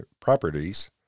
properties